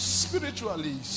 spiritually